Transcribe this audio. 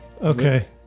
Okay